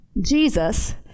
Jesus